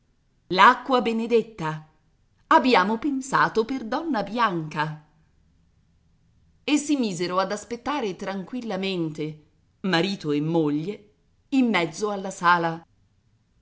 l'acqua benedetta abbiamo pensato per donna bianca e si misero ad aspettare tranquillamente marito e moglie in mezzo alla sala